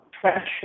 pressure